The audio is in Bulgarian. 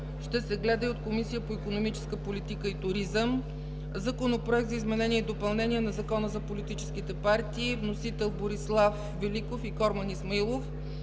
Ще се гледа и от Комисията по икономическа политика и туризъм. Законопроект за изменение и допълнение на Закона за политическите партии. Вносители – Борислав Великов и Корман Исмаилов.